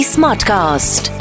Smartcast